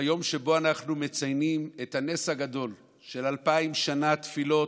ביום שבו אנחנו מציינים את הנס הגדול של אלפיים שנות תפילות,